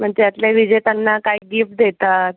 पण त्यातल्या विजेत्यांना काही गिफ्ट देतात